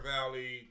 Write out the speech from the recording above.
Valley